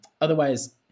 Otherwise